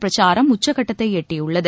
பிரச்சாரம் உச்சகட்டத்தை எட்டியுள்ளது